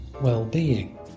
well-being